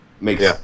makes